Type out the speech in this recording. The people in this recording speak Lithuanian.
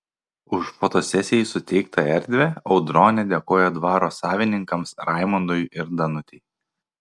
už fotosesijai suteiktą erdvę audronė dėkoja dvaro savininkams raimundui ir danutei